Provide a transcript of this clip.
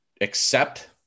accept